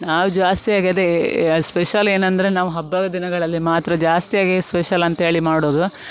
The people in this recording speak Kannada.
ನಾವು ಜಾಸ್ತಿಯಾಗಿ ಅದೇ ಸ್ಪೆಷಲ್ ಏನೆಂದ್ರೆ ನಾವು ಹಬ್ಬದ ದಿನಗಳಲ್ಲಿ ಮಾತ್ರ ಜಾಸ್ತಿಯಾಗೇ ಸ್ಪೆಷಲ್ ಅಂತ್ಹೇಳಿ ಮಾಡುವುದು